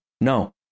no